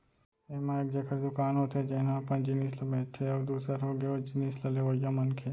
ऐमा एक जेखर दुकान होथे जेनहा अपन जिनिस ल बेंचथे अउ दूसर होगे ओ जिनिस ल लेवइया मनखे